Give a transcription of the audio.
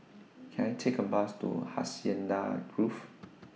Can I Take A Bus to Hacienda Grove